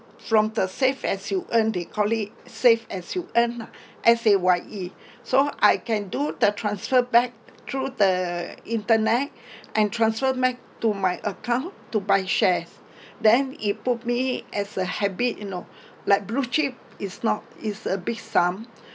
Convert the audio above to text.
from the save as you earn they call it save as you earn lah S_A_Y_E so I can do the transfer back through the internet and transfer back to my account to buy shares then it put me as a habit you know like blue chip is not is a big sum